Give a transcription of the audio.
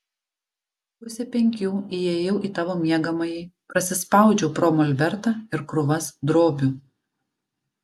pusę penkių įėjau į tavo miegamąjį prasispraudžiau pro molbertą ir krūvas drobių